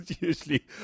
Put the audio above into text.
usually